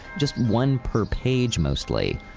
just one per page mostly.